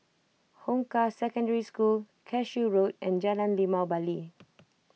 Hong Kah Secondary School Cashew Road and Jalan Limau Bali